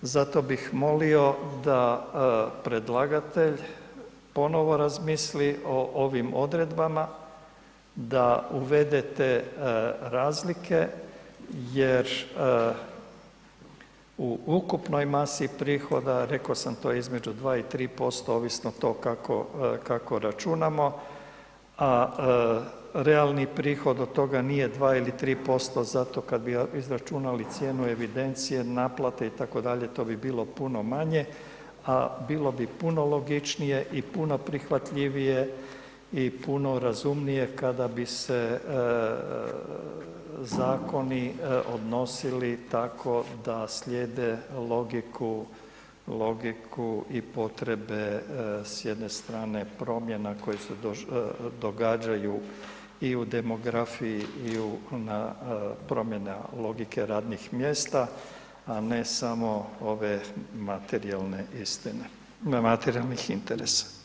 Zato bih molio da predlagatelj ponovo razmisli o ovim odredbama da uvedete razlike, jer u ukupnoj masi prihoda, reko sam to između 2 i 3% ovisno to kako, kako računamo, a realni prihod od toga nije 2 ili 3% zato kad bi izračunali cijenu evidencije naplate itd., to bi bilo puno manje, a bilo bi puno logičnije i puno prihvatljivije i puno razumnije kada bi se zakoni odnosili tako da slijede logiku, logiku i potrebe s jedne strane promjena koje se događaju i u demografiji i u na promjena logike radnih mjesta, a ne samo ove materijalne istine, materijalnih interesa.